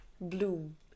bloom